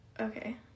Okay